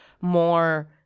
more